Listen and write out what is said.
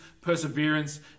perseverance